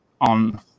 on